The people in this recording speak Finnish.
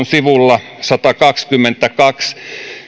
sivulla satakaksikymmentäkaksi